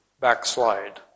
backslide